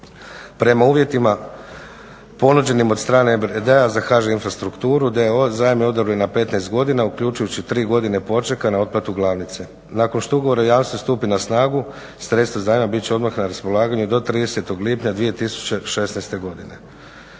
Prema uvjetima ponuđenim od strane EBRD-a za HŽ Infrastrukturu d.o.o. zajam je odobren na 15 godina uključujući i tri godine počeka na otplatu glavnice. Nakon što ugovor o jamstvu stupi na snagu sredstva zajma bit će odmah na raspolaganju do 30. lipnja 2016. godine.